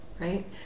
right